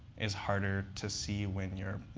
is harder to see when you're